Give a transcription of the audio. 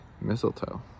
Mistletoe